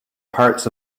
parts